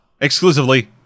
exclusively